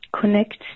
connect